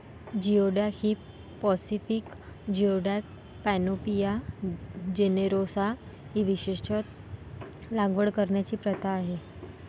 geoduck ही Pacific geoduck, Panopea generosa ही विशेषत लागवड करण्याची प्रथा आहे